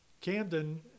Camden